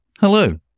Hello